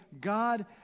God